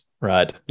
right